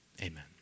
Amen